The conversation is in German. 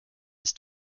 ist